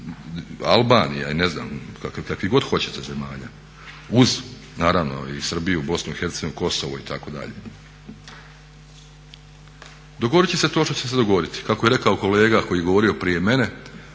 Albanija i ne znam, kakvih god hoćete zemalja uz naravno i Srbiju, Bosnu i Hercegovinu, Kosovo itd…. Dogoditi će se to što će se dogoditi, kako je rekao kolega koji je govorio prije mene